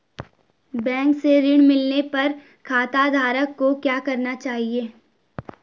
Bank से ऋण मिलने पर खाताधारक को क्या करना चाहिए?